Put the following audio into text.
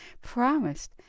promised